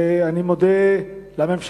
אני מודה לממשלה,